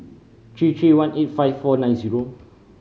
three three one eight five four nine zero